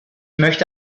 möchte